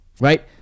Right